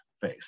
face